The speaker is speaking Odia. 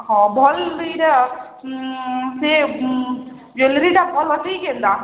ହଁ ଭଲ୍ ଇଟା ସେ ଜ୍ୱେଲେରୀଟା ଭଲ୍ ଅଛେ କି କେନ୍ତା